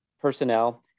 personnel